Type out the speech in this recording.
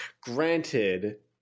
granted